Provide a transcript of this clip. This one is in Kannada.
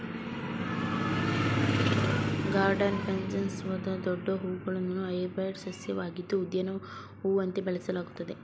ಗಾರ್ಡನ್ ಪ್ಯಾನ್ಸಿ ಒಂದು ದೊಡ್ಡ ಹೂವುಳ್ಳ ಹೈಬ್ರಿಡ್ ಸಸ್ಯವಾಗಿದ್ದು ಉದ್ಯಾನ ಹೂವಂತೆ ಬೆಳೆಸಲಾಗ್ತದೆ